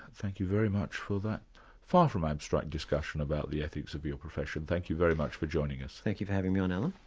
thank you very much for that far from abstract discussion about the ethics of your profession. thank you very much for joining us. thank you for having me on, alan.